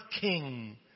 king